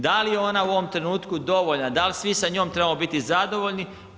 Da li je ona u ovom trenutku dovoljna, da li svi sa njom trebamo biti zadovoljni?